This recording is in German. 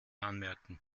anmerken